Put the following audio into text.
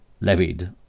levied